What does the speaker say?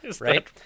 right